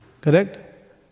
Correct